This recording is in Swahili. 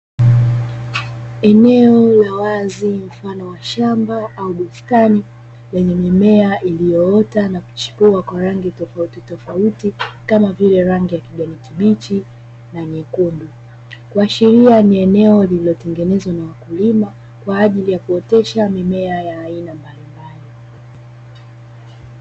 Eneo la wazi mfano wa shamba au bustani lenye mimea iliyoota na kuchipua kwa rangi tofautitofauti kama vile rangi ya kijani kibichi na nyekundu, kuashiria ni eneo lililotengenezwa na wakulima kwa ajili ya kuotesha mimea ya aina mbalimbali.